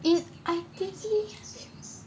if I_T_E